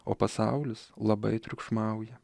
o pasaulis labai triukšmauja